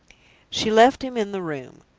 she left him in the room.